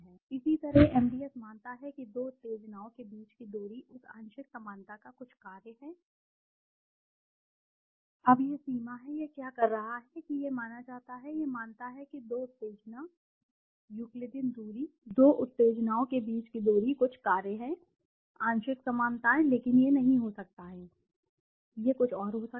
इसी तरह एमडीएस मानता है कि दो उत्तेजनाओं के बीच की दूरी उस आंशिक समानता का कुछ कार्य है अब यह सीमा है यह क्या कह रहा है कि यह माना जाता है यह मानता है कि दो उत्तेजना यूक्लिडियन दूरी 2 उत्तेजनाओं के बीच की दूरी कुछ कार्य है आंशिक समानताएं लेकिन यह नहीं हो सकता है यह नहीं हो सकता है यह कुछ और हो सकता है